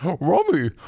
Romy